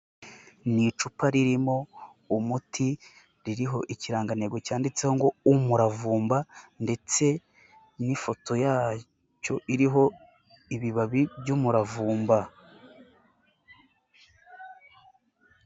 Ni icupa ririmo umuti, ririho ikirangantego cyanditseho ngo Umuravumba ndetse n'ifoto yacyo iriho ibibabi by'umuravumba.